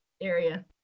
area